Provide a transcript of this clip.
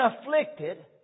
afflicted